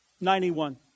Ninety-one